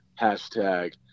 hashtag